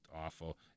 awful